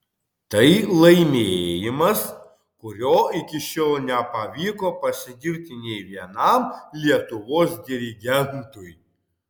tai laimėjimas kuriuo iki šiol nepavyko pasigirti nei vienam lietuvos dirigentui